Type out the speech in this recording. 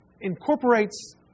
incorporates